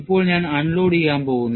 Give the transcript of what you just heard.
ഇപ്പോൾ ഞാൻ അൺലോഡ് ചെയ്യാൻ പോകുന്നു